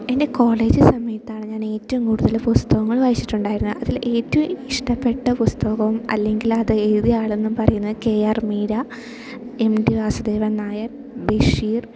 എൻ്റെ കോളേജ് സമയത്താണ് ഞാൻ ഏറ്റവും കൂടുതൽ പുസ്തകങ്ങൾ വായിച്ചിട്ടുണ്ടായിരുന്നത് അതിൽ ഏറ്റവും ഇഷ്ടപ്പെട്ട പുസ്തകം അല്ലെങ്കിൽ അത് എഴുതിയ ആളെന്ന് പറയുന്ന K R Meera M T Vasudevan Nair Basheer